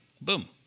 Boom